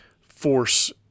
force